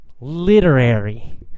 literary